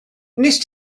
wnest